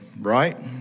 right